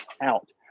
out